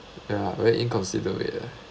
ya very inconsiderate right